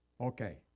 Okay